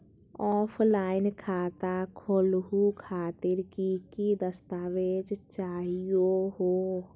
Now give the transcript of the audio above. Offline खाता खोलहु खातिर की की दस्तावेज चाहीयो हो?